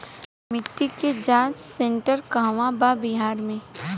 मिटी के जाच सेन्टर कहवा बा बिहार में?